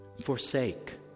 forsake